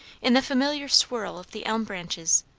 in the familiar swirl of the elm branches,